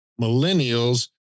millennials